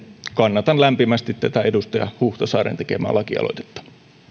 kannatan lämpimästi tätä edustaja huhtasaaren tekemää lakialoitetta